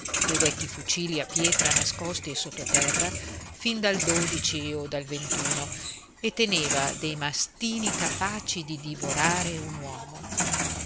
dei vecchi fucili a pietra nascosti sotto terra fin dal o dal e teneva dei mastini capaci di divorare un uomo